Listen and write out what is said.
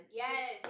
yes